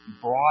brought